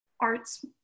arts